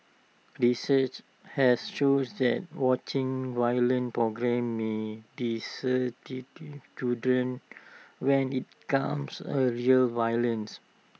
research has shown that watching violent programmes may children when IT comes A real violence